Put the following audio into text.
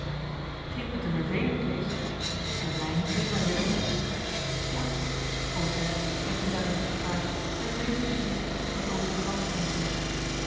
begint me te vervelen kees en mij niet minder willem stilte gebood jacky met een duidelijk gebaar en wees op een insekt dat over den plas